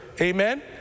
amen